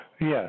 Yes